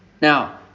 Now